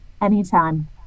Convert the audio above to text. anytime